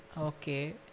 Okay